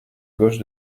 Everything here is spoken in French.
gauche